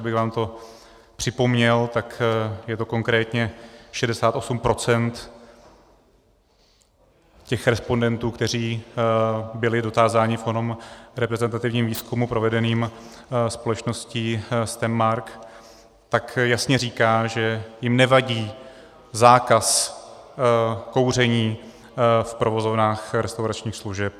Abych vám to připomněl, je to konkrétně 68 % respondentů, kteří byli dotázání v onom reprezentativním výzkumu provedeném společností STEM/MARK, tak jasně říká, že jim nevadí zákaz kouření v provozovnách restauračních služeb.